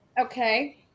okay